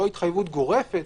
לא התחייבות גורפת,